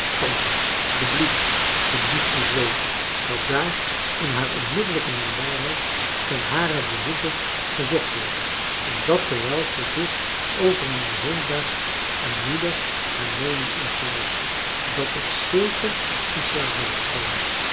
tante de bloed ze moest eens weten wat daar in haar onmiddellijke nabijheid ten haren behoeve verzocht wordt en dat terwijl ze zich over mij heen buigt en moeder haar meening influistert dat ik zeker in slaap ben gevallen